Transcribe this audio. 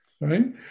Right